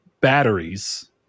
batteries